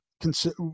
consider